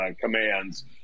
commands